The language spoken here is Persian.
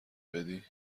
بدی